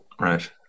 Right